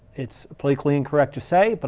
it's politically incorrect to say, but